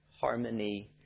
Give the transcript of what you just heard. harmony